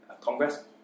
Congress